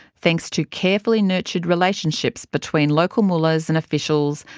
thanks to carefully nurtured relationships between local mullahs and officials,